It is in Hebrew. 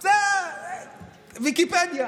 ויקיפדיה.